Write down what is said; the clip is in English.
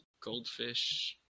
goldfish